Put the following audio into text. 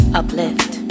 uplift